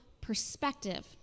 perspective